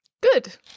good